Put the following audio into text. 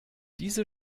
diese